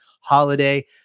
holiday